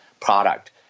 product